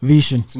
Vision